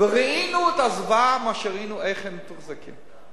וראינו את הזוועה, איך הם מתוחזקים.